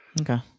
Okay